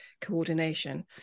coordination